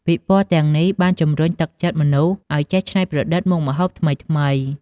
ពិព័រណ៍ទាំងនេះបានជំរុញទឹកចិត្តមនុស្សឲ្យចេះច្នៃប្រឌិតមុខម្ហូបថ្មីៗ។